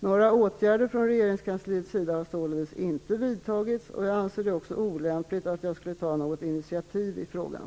Några åtgärder från regeringskansliets sida har således inte vidtagits, och jag anser det också olämpligt att jag skulle ta något initiativ i frågan.